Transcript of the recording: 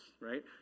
right